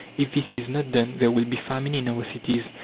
if this is not done there will be famine in our cities,